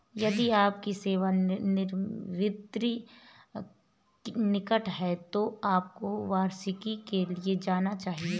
यदि आपकी सेवानिवृत्ति निकट है तो आपको वार्षिकी के लिए जाना चाहिए